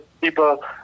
people